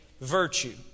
virtue